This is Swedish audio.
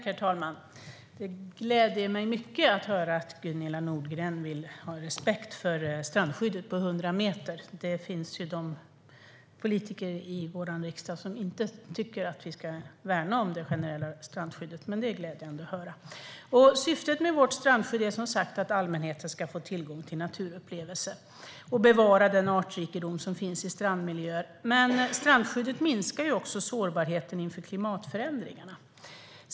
Herr talman! Det gläder mig mycket att höra att Gunilla Nordgren har respekt för strandskyddet på 100 meter. Det finns ju de politiker i vår riksdag som inte tycker att vi ska värna om det generella strandskyddet. Det här är alltså glädjande att höra. Syftet med vårt strandskydd är som sagt att allmänheten ska få tillgång till naturupplevelser och att bevara den artrikedom som finns i strandmiljöer. Men strandskyddet minskar också sårbarheten inför klimatförändringarna.